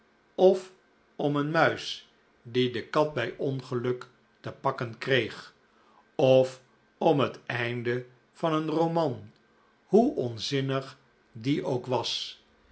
of om een muis die de kat bij ongeluk te pakken kreeg of om het einde van een roman hoe onzinnig die ook was